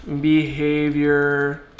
behavior